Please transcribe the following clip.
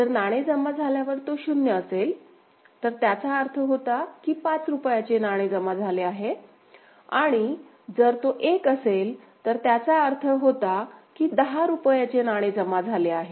जर नाणे जमा झाल्यावर तो 0 असेल तर त्याचा अर्थ होता की पाच रुपयाचे नाणे जमा झाले आहे आणि जर तो 1 असेल तर त्याचा अर्थ होता की दहा रुपयाचे नाणे जमा झाले आहे